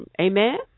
Amen